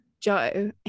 Joe